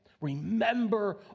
Remember